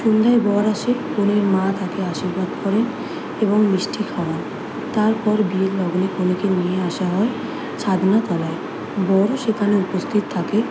সন্ধ্যায় বর আসে কনের মা তাকে আশীর্বাদ করেন এবং মিষ্টি খাওয়ান তারপর বিয়ের লগ্নে কনেকে নিয়ে আসা হয় ছাতনাতলায় বরও সেখানে উপস্থিত থাকে